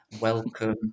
welcome